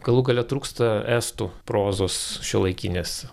galų gale trūksta estų prozos šiuolaikinės